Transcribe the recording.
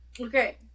Okay